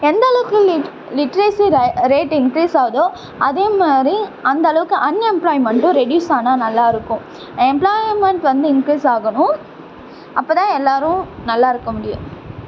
எந்த அளவுக்கு li literacy re rate increase ஆகுதோ அதே மாதிரி அந்த அளவுக்கு அன்எம்பிளாய்மெண்ட்டும் ரெடியூஸ் ஆனால் நல்லா இருக்கும் எம்பிளாய்மெண்ட் வந்து இன்க்ரீஸ் ஆகணும் அப்போ தான் எல்லாேரும் நல்லா இருக்க முடியும்